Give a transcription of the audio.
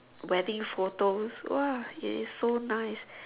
wedding photos !wah! it's so nice